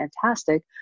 fantastic